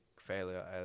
failure